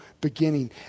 beginning